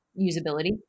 usability